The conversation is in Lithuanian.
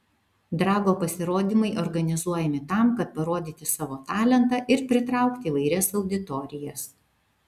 drago pasirodymai organizuojami tam kad parodyti savo talentą ir pritraukti įvairias auditorijas